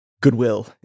goodwill